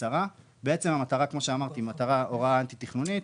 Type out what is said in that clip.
המטרה, כמו שאמרתי בהוראה אנטי תכנונית,